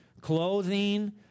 clothing